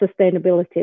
sustainability